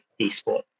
esport